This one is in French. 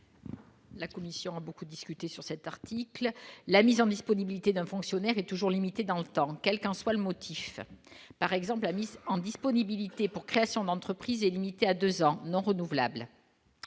La commission a beaucoup discuté sur cet article, la mise en disponibilité d'un fonctionnaire est toujours limitée dans le temps, quel qu'en soit le motif, par exemple la mise en disponibilité pour création d'entreprise est limitée à 2 ans non renouvelable,